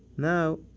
now,